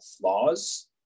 flaws